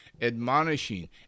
admonishing